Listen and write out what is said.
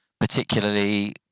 particularly